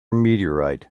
meteorite